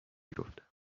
گفتم